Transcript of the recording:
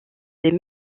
des